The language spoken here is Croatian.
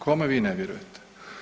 Kome vi ne vjerujete?